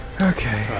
Okay